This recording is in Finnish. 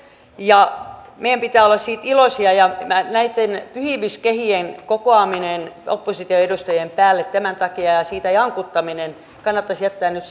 meidän pitää olla siitä iloisia ja näitten pyhimyskehien kokoaminen opposition edustajien päälle tämän takia ja siitä jankuttaminen kannattaisi jättää nyt